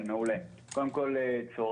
חלק מארגז הכלים במתן מענה לזוגות צעירים